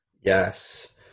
Yes